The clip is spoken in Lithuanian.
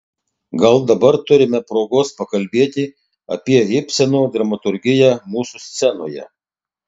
gal dabar turime progos pakalbėti apie ibseno dramaturgiją mūsų scenoje